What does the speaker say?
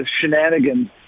shenanigans